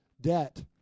debt